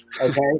okay